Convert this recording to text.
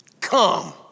come